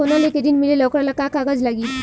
सोना लेके ऋण मिलेला वोकरा ला का कागज लागी?